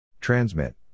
Transmit